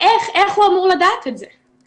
איך הוא אמור לדעת את זה?